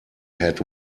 had